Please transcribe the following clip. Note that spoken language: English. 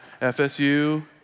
FSU